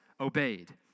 obeyed